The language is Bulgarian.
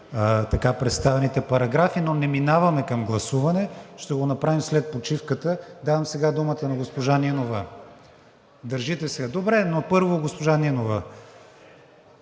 представените параграфи, но не минаваме към гласуване, ще го направим след почивката. Давам сега думата на госпожа Нинова. По бюджета ли, госпожо Нинова,